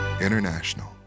International